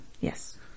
Yes